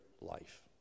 life